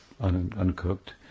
uncooked